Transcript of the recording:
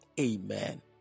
Amen